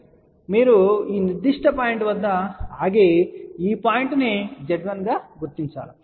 కాబట్టి మీరు ఈ నిర్దిష్ట పాయింట్ వద్ద ఆగి ఈ పాయింట్ను z1 గా పేర్కొనండి